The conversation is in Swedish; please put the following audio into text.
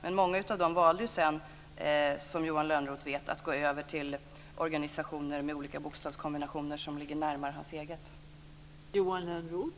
Men många av dem valde ju sedan, som Johan Lönnroth vet, att gå över till organisationer med olika bokstavskombinationer som ligger närmare hans egen.